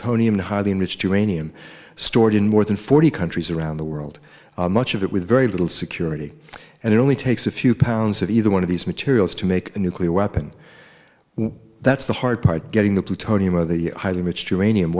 plutonium highly enriched uranium stored in more than forty countries around the world much of it with very little security and it only takes a few pounds of either one of these materials to make a nuclear weapon that's the hard part getting the plutonium or the highly rich